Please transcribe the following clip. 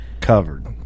covered